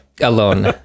alone